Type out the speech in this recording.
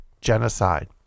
genocide